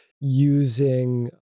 using